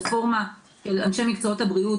רפורמה של אנשי מקצועות הבריאות,